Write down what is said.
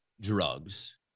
drugs